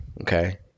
Okay